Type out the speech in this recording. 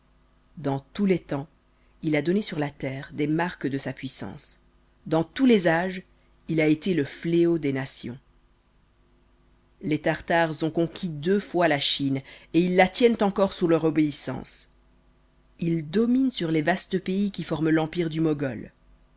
dans tous les temps il a donné sur la terre des marques de sa puissance dans tous les âges il a été le fléau des nations les tartares ont conquis deux fois la chine et ils la tiennent encore sous leur obéissance ils dominent sur les vastes pays qui forment l'empire du mogol